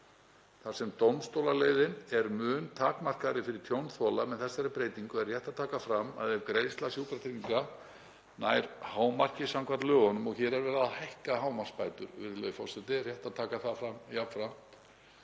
þar sem dómstólaleiðin er mun takmarkaðri fyrir tjónþola, með þessari breytingu er rétt að taka fram að ef greiðsla Sjúkratrygginga nær hámarki samkvæmt lögunum, og hér er verið að hækka hámarksbætur,